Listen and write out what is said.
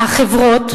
החברות,